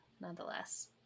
nonetheless